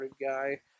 guy